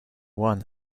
one